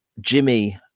jimmy